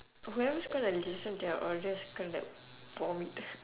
whoever is gonna listen to our audio is gonna vomit